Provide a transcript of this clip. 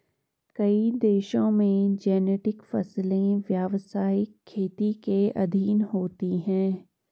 कई देशों में जेनेटिक फसलें व्यवसायिक खेती के अधीन होती हैं